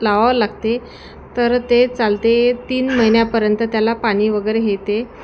लावावं लागते तर ते चालते तीन महिन्यापर्यंत त्याला पाणी वगैरे हे ते